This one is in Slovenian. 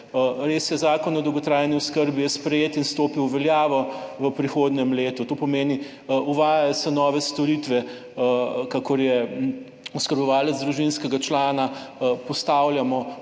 Res je, Zakon o dolgotrajni oskrbi je sprejet in stopi v veljavo v prihodnjem letu. To pomeni, uvajajo se nove storitve, kakor je oskrbovalec družinskega člana, postavljamo